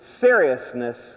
seriousness